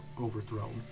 overthrown